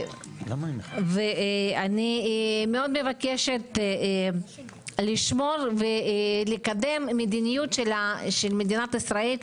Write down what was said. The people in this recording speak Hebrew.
אני מאוד מבקשת לשמור ולקדם מדיניות של מדינת ישראל,